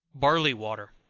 barley water.